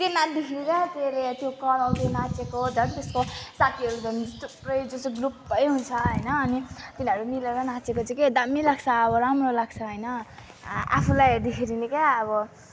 त्यही नाच्दाखेरि के अरे त्यो कराउँदै नाचेको झन् त्यसको साथीहरू झन् थुप्रै जस्तो ग्रुपै हुन्छ होइन अनि तिनीहरू मिलेर नाचेको चाहिँ के दामी लाग्छ अब राम्रो लाग्छ होइन आफूलाई हेर्दाखेरि नि क्या अब